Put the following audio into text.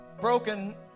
broken